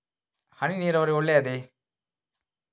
ಹನಿ ನೀರಾವರಿ ಒಳ್ಳೆಯದೇ?